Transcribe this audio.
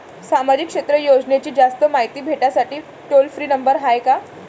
सामाजिक क्षेत्र योजनेची जास्त मायती भेटासाठी टोल फ्री नंबर हाय का?